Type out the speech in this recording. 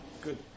Good